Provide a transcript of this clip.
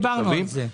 דיברנו על זה.